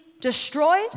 destroyed